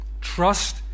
Trust